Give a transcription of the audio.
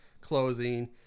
closing